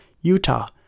Utah